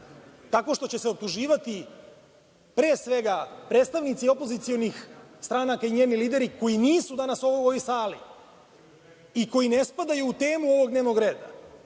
tako što će se optuživati pre svega predstavnici opozicionih stranaka i njeni lideri koji nisu danas u ovoj sali i koji ne spadaju u temu ovog dnevnog reda